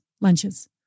lunches